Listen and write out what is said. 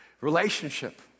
relationship